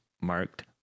marked